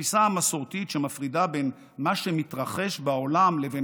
התפיסה המסורתית שמפרידה בין מה שמתרחש בעולם לבין